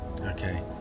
okay